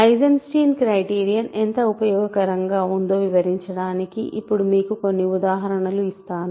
Eisenstein criterion ఎంత ఉపయోగకరంగా ఉందో వివరించడానికి ఇప్పుడు మీకు కొన్ని ఉదాహరణలు ఇస్తాను